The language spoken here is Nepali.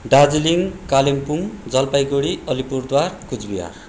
दार्जिलिङ कालिम्पोङ जलपाइगढी अलिपुरद्वार कुचबिहार